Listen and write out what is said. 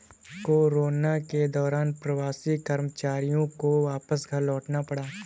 corona के दौरान प्रवासी कर्मचारियों को वापस घर लौटना पड़ा